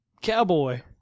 Cowboy